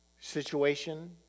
Situation